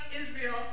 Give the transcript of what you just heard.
Israel